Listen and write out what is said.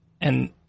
and-